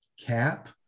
CAP